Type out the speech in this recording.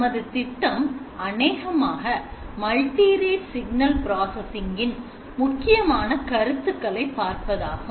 நமது திட்டம் அனேகமாக மல்டி ரேட் சிக்னல் பிராசசிங் இன் முக்கியமான கருத்துக்களை பார்ப்பதாகும்